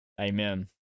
Amen